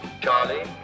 Charlie